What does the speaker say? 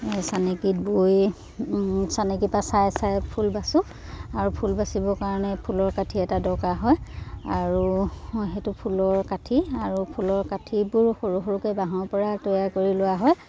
এই চানিকত বৈ চানেকিৰপৰা চাই চাই ফুল বাচোঁ আৰু ফুল বাচিবৰ কাৰণে ফুলৰ কাঠি এটা দৰকাৰ হয় আৰু সেইটো ফুলৰ কাঠি আৰু ফুলৰ কাঠিবোৰ সৰু সৰুকৈ বাঁহৰপৰা তৈয়াৰ কৰি লোৱা হয়